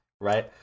right